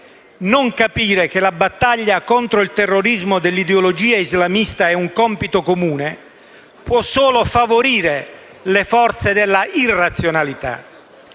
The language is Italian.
Non capire che la battaglia contro il terrorismo dell'ideologia islamista è un compito comune può solo favorire le forze della irrazionalità,